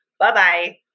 bye-bye